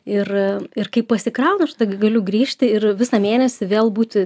ir ir kai pasikraunu aš tada galiu grįžti ir visą mėnesį vėl būti